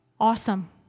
Awesome